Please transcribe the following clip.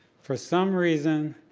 for some reason,